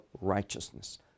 righteousness